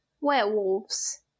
Werewolves